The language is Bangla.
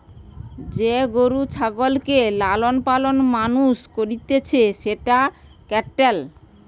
যে গরু ছাগলকে লালন পালন মানুষ করতিছে সেটা ক্যাটেল